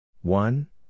One